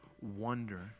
wonder